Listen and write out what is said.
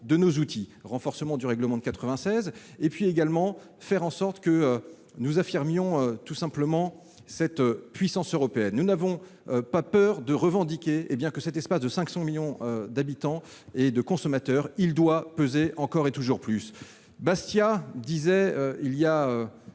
de nos outils, notamment le règlement de 1996. Également, nous allons faire en sorte d'affirmer tout simplement cette puissance européenne. Nous n'avons pas peur de revendiquer que cet espace de 500 millions d'habitants et de consommateurs doit peser encore et toujours plus. Bastiat disait il y a